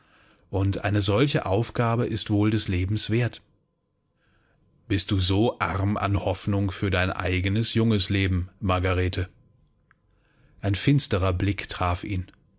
und eine solche aufgabe ist wohl des lebens wert bist du so arm an hoffnungen für dein eigenes junges leben margarete ein finsterer blick traf ihn